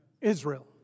Israel